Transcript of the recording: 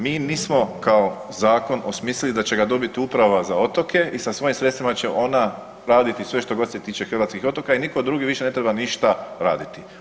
Mi nismo kao zakon osmislili da će ga dobiti uprava za otoke i sa svojim sredstvima će ona raditi sve što god se tiče hrvatskih otoka i nitko drugi više ne treba ništa raditi.